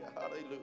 Hallelujah